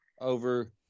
over